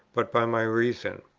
but by my reason.